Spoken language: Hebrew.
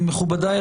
מכובדיי,